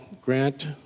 grant